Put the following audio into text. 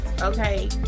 Okay